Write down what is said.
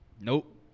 Nope